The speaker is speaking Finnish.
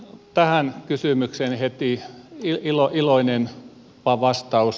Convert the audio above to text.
tähän kysymykseen heti iloinen vastaus